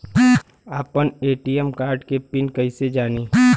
आपन ATM card के PIN कईसे जानी?